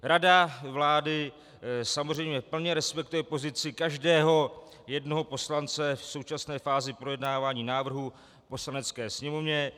Rada vlády samozřejmě plně respektuje pozici každého jednoho poslance v současné fázi projednávání návrhu v Poslanecké sněmovně.